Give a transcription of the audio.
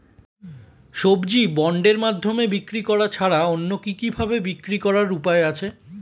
সবজি বন্ডের মাধ্যমে বিক্রি করা ছাড়া অন্য কি কি ভাবে বিক্রি করার উপায় আছে?